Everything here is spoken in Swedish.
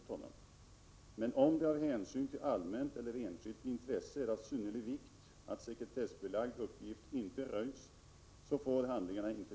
Men handlingarna får inte lämnas ut ens till parter ”om det med hänsyn till allmänt eller enskilt intresse är av synnerlig vikt att sekretessbelagd uppgift inte röjs.